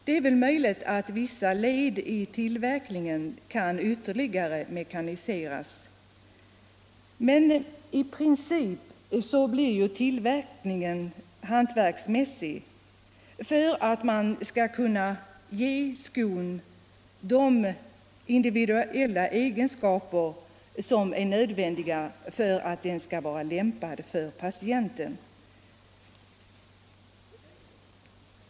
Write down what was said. Det är möjligt att vissa led i tillverkningen kan mekaniseras ytterligare, men i princip blir tillverkningen hantverksmässig för att man skall kunna ge skon de individuella egenskaper som är nödvändiga för att den skall vara lämpad för patienten.